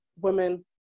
women